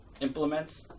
implements